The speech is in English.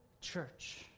church